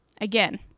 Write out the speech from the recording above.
again